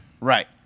Right